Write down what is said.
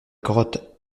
grotte